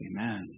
Amen